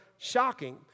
Shocking